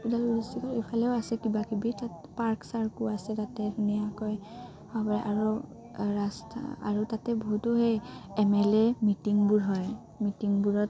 ওদালগুৰি ডিষ্ট্ৰিকৰ ইফালেও আছে কিব কিবি তাত পাৰ্ক চাৰ্কো আছে তাতে ধুনীয়াকৈ হ আৰু ৰাস্তা আৰু তাতে বহুতো সেই এম এল এ মিটিংবোৰ হয় মিটিংবোৰত